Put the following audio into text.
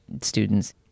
students